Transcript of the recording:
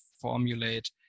formulate